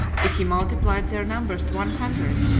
if he multiplied their numbers to one hundred,